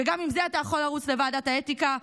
וגם עם זה אתה יכול לרוץ לוועדת האתיקה,